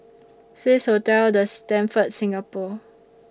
Swissotel The Stamford Singapore